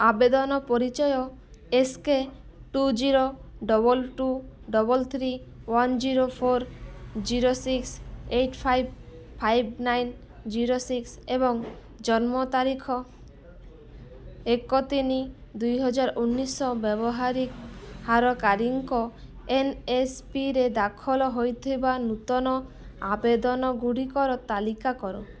ଆବେଦନ ପରିଚୟ S K two zero double two double three one zero four zero six eight five five nine zero six ଏବଂ ଜନ୍ମ ତାରିଖ ଏକ ତିନି ଦୁଇ ହଜାର ବ୍ୟବହାରକାରୀଙ୍କ ଏନ୍ଏସ୍ପିରେ ଦାଖଲ ହୋଇଥିବା ନୂତନ ଆବେଦନ ଗୁଡ଼ିକର ତାଲିକା କର